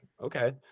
okay